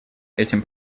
этим